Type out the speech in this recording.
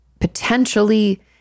potentially